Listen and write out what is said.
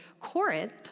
Corinth